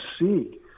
see